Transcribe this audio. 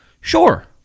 Sure